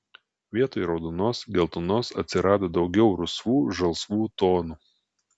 vietoj raudonos geltonos atsirado daugiau rusvų žalsvų tonų